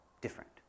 different